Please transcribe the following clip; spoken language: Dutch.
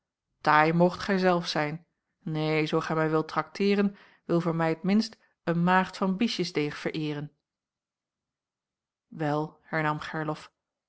taai moogt gij zelf zijn neen zoo gij mij wilt trakteeren wil mij voor t minst een maagd van biesjesdeeg vereeren wel hernam gerlof